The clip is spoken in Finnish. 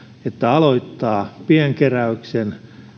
että aloittaa pienkeräyksen